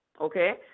okay